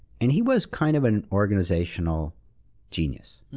and he was kind of an organizational genius.